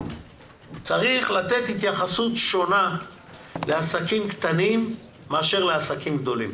צריך לתת התייחסות שונה לעסקים קטנים לעומת לעסקים גדולים.